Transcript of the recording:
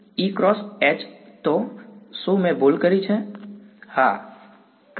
E × H તો શું મેં ભૂલ કરી છે